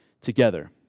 together